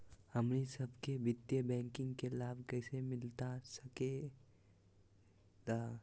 हमनी सबके वित्तीय बैंकिंग के लाभ कैसे मिलता सके ला?